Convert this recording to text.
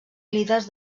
líders